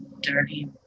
dirty